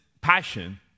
passion